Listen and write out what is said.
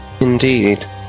Indeed